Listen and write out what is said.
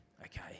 okay